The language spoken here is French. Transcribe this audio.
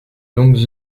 longues